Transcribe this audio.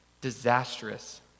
disastrous